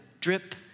drip